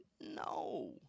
No